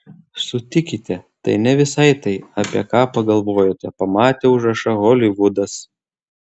sutikite tai ne visai tai apie ką pagalvojate pamatę užrašą holivudas